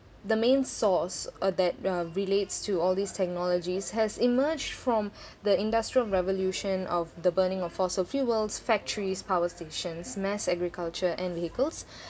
the main source uh that um relates to all these technologies has emerged from the industrial revolution of the burning of fossil fuels factories power stations mass agriculture and vehicles